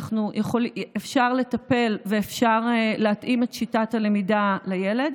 אפשר לטפל ואפשר להתאים את שיטת הלמידה לילד.